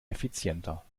effizienter